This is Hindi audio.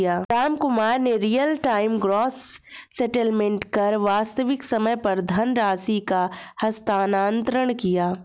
रामकुमार ने रियल टाइम ग्रॉस सेटेलमेंट कर वास्तविक समय पर धनराशि का हस्तांतरण किया